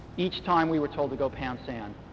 each time we were told to go pound sand.